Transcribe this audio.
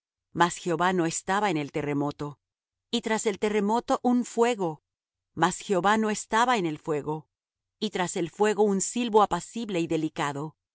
mas jehová no estaba en el terremoto y tras el terremoto un fuego mas jehová no estaba en el fuego y tras el fuego un silvo apacible y delicado